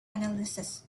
analysis